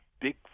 big